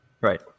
right